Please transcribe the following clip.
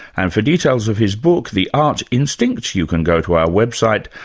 and for details of his book the art instinct you can go to our website.